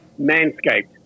Manscaped